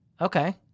Okay